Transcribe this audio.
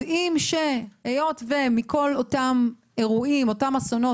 אנחנו יודעים שהיות שעל כל אותם אירועים ואסונות